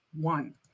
one